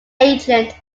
agent